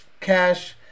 Cash